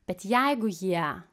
bet jeigu jie